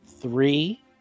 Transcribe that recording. three